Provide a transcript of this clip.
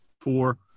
four